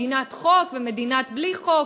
מדינת חוק ומדינת בלי חוק?